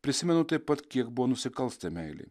prisimenu taip pat kiek buvo nusikalsta meilei